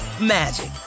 magic